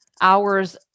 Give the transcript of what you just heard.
hours